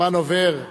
הזמן עובר.